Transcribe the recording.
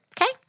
Okay